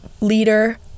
leader